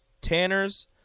Tanners